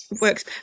works